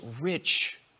rich